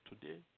today